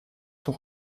son